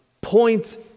points